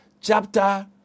chapter